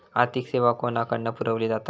आर्थिक सेवा कोणाकडन पुरविली जाता?